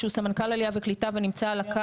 שהוא סמנכ"ל עלייה וקליטה ונמצא על הקו.